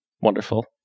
wonderful